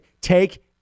Take